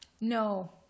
no